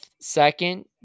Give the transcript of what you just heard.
second